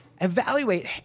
evaluate